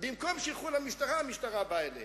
לא התביישו, התביישו בגלל שרצו להראות לי את המבנה